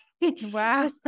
wow